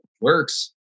works